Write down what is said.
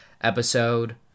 episode